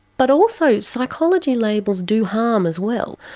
but also psychology labels do harm as well.